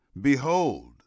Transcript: behold